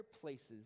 places